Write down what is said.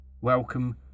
Welcome